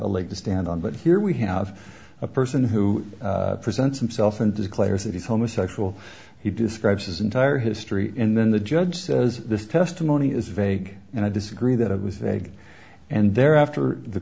a leg to stand on but here we have a person who presents himself and declares that he's homosexual he describes his entire history in then the judge says this testimony is vague and i disagree that it was vague and there after the